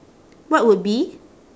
what would be